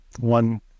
One